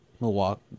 Milwaukee